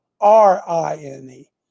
R-I-N-E